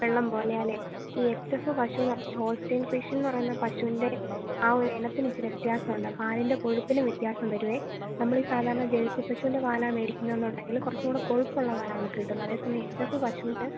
വെള്ളം പോലെയാണല്ലെ ഈ എച്ച് എഫ് പശുവെന്ന് പറഞ്ഞാല് ഹോൾസ്റ്റെയ്ൻ ഫ്രിഷ്യൻ എന്നു പറയുന്ന പശുവിൻ്റെ ആ ഒരു ഇനത്തിനിത്തിരി വ്യത്യാസമുണ്ട് പാലിൻ്റെ കൊഴുപ്പിന് വ്യത്യാസം വരും നമ്മളീ സാധാരണ ജേഴ്സി പശുവിൻ്റെ പാലാണ് മേടിക്കുന്നതെന്നുണ്ടെങ്കിൽ കുറച്ചുകൂടി കൊഴുപ്പുള്ള പാലാണ് നമുക്ക് കിട്ടുന്നത് അതേസമയം എച്ച് എഫ് പശുവിന്